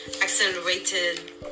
accelerated